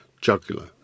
jugular